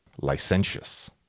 licentious